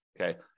Okay